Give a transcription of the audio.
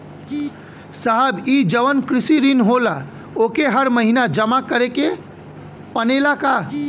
साहब ई जवन कृषि ऋण होला ओके हर महिना जमा करे के पणेला का?